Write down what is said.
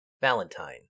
Valentine